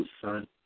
son